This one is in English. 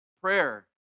prayer